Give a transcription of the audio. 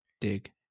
dig